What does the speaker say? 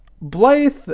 Blythe